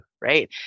right